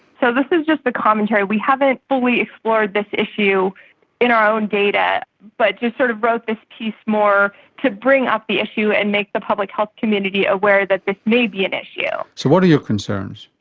so this is just the commentary, we haven't fully explored this issue in our own data, but we sort of wrote this piece more to bring up the issue and make the public health community aware that this may be an issue. so what are your concerns?